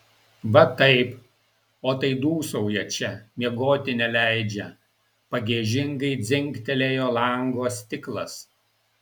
va taip o tai dūsauja čia miegoti neleidžia pagiežingai dzingtelėjo lango stiklas